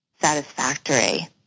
satisfactory